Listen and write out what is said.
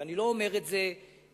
ואני לא אומר את זה כפראזה,